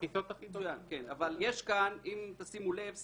אם תשימו לב,